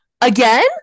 Again